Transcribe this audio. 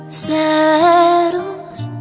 settles